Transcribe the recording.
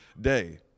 day